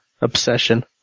Obsession